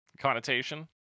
connotation